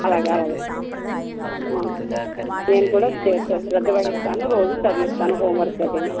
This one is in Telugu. అలాగే అలాగే నేను కూడా శ్రద్ద వహిస్తాను రోజు చదివిస్తాను హోంవర్క్ అదీ